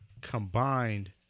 combined